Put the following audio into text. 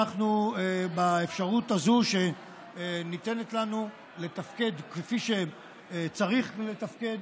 באפשרות הזאת שניתנת לנו לתפקד כפי שצריך לתפקד